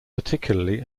particularly